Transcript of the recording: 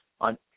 on